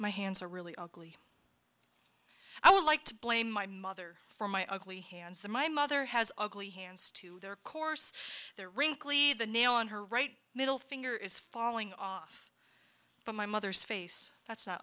my hands are really ugly i would like to blame my mother for my ugly hands the my mother has ugly hands to their course they're wrinkly the nail on her right middle finger is falling off but my mother's face that's not